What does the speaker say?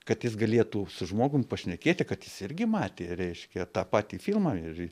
kad jis galėtų su žmogum pašnekėti kad jis irgi matė reiškia tą patį filmą ir